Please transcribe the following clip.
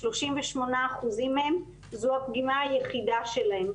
38% מהם זו הפגימה היחידה שלהם.